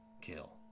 kill